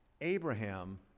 Abraham